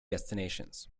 destinations